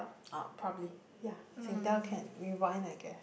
uh probably ya Singtel can rewind I guess